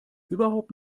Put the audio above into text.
überhaupt